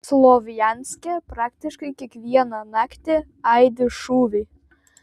slovjanske praktiškai kiekvieną naktį aidi šūviai